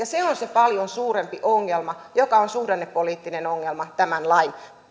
se on se paljon suurempi ongelma joka on juuri tällä hetkellä suhdannepoliittinen ongelma tämän lain